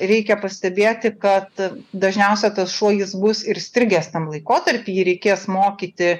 reikia pastebėti kad dažniausia tas šuo jis bus ir įstrigęs tam laikotarpy jį reikės mokyti